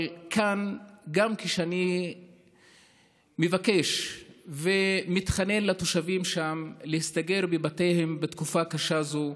וכאן אני מבקש ומתחנן לתושבים שם להסתגר בבתיהם בתקופה קשה זו,